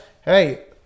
Hey